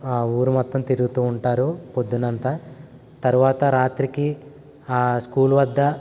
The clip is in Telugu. ఆ ఊరు మొత్తం తిరుగుతు ఉంటారు పొద్దున్న అంతా తర్వాత రాత్రికి ఆ స్కూల్ వద్ద